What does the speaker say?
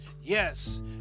yes